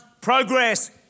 progress